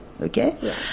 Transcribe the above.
okay